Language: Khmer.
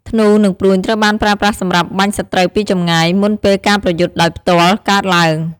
ធ្នូ និងព្រួញត្រូវបានប្រើប្រាស់សម្រាប់បាញ់សត្រូវពីចម្ងាយ មុនពេលការប្រយុទ្ធដោយផ្ទាល់កើតឡើង។